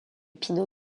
pinot